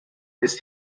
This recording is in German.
ist